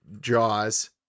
Jaws